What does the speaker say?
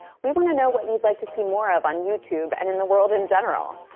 we want to know what you'd like to see more of on youtube and in the world in general.